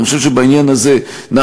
אני חושב שבעניין הזה נעשה,